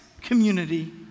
community